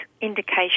indication